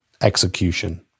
execution